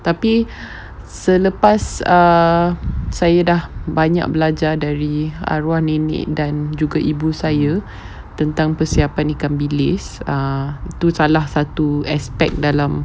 tapi selepas err saya dah banyak belajar dari arwan nenek dan juga ibu saya tentang persiapan ikan bilis err itu salah satu aspect dalam